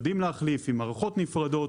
יודעים להחליף עם מערכות נפרדות